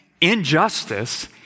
Injustice